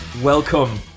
Welcome